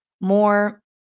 more